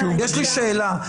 יש לי שאלה.